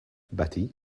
betty